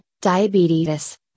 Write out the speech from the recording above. diabetes